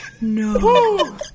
No